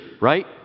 right